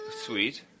Sweet